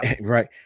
right